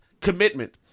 commitment